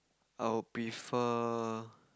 I would prefer